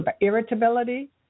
irritability